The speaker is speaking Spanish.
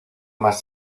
más